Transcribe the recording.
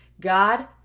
God